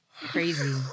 Crazy